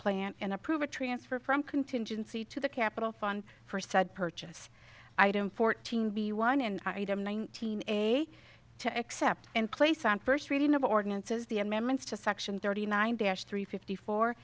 plant and approve or transfer from contingency to the capital fund for said purchase item fourteen the one in item nineteen a to accept and place on first reading of ordinances the amendments to section thirty nine dash three fifty fo